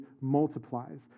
multiplies